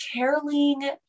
caroling